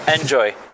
Enjoy